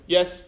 Yes